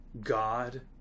god